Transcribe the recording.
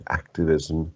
activism